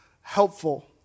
helpful